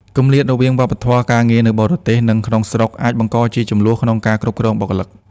គម្លាតរវាងវប្បធម៌ការងារនៅបរទេស និងក្នុងស្រុក អាចបង្កជាជម្លោះក្នុងការគ្រប់គ្រងបុគ្គលិក។